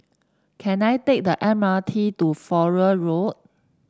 can I take the M R T to Flora Road